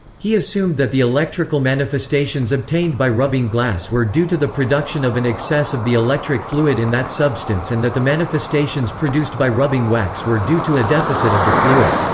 he assumed that the electrical manifestations obtained by rubbing glass were due to the production of an excess of the electric fluid in that substance and that the manifestations produced by rubbing wax were due to a deficit of the fluid.